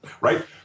Right